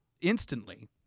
instantly